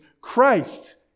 Christ